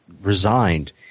resigned